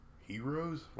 Heroes